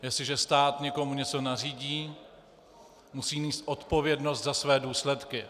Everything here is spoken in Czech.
Jestliže stát někomu něco nařídí, musí nést zodpovědnost za své důsledky.